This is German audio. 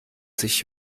sich